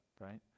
right